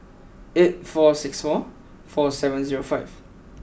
eight four six four four seven zero five